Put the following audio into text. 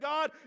God